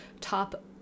top